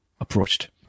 approached